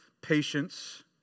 patience